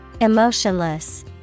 Emotionless